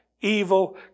evil